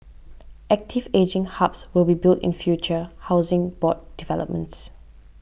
active ageing hubs will be built in future Housing Board developments